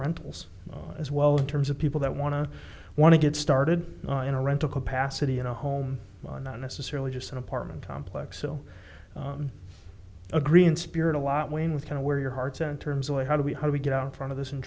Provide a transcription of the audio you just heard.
rentals as well in terms of people that want to want to get started in a rental capacity in a home not necessarily just an apartment complex will agree in spirit a lot when with kind of where your heart's in terms of how do we how do we get out in front of this and